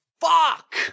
Fuck